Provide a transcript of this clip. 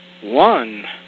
one